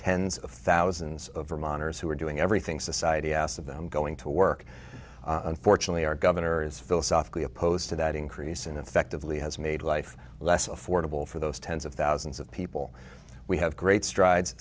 tens of thousands of my honors who are doing everything society asked of them going to work unfortunately our governor is philosophically opposed to that increase and effectively has made life less affordable for those tens of thousands of people we have great strides